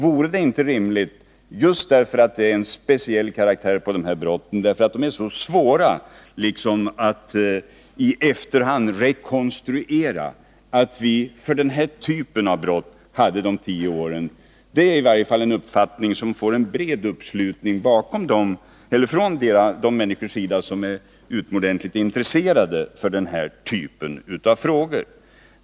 Vore det då inte rimligt — just därför att sådana brott är av en speciell karaktär, eftersom de är så svåra att rekonstruera i efterhand — att vi för den typen av brott hade en preskriptionstid på tio år? Det är i alla fall en uppfattning som får bred uppslutning från de människor som är utomordentligt intresserade av denna typ av frågor.